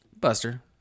Buster